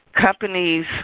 companies